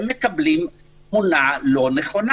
הם מקבלים תמונה לא נכונה.